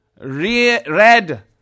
read